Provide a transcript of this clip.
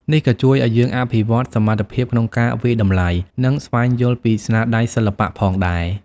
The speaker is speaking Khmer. នេះក៏ជួយឲ្យយើងអភិវឌ្ឍសមត្ថភាពក្នុងការវាយតម្លៃ និងស្វែងយល់ពីស្នាដៃសិល្បៈផងដែរ។